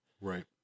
Right